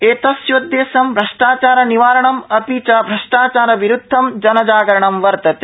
एतस्योददेश्यं भ्रष्टाचारनिवारणं अपि च भ्रष्टाचारविरूद्धं जनजागरणं वर्तते